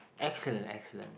excellent excellent